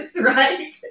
right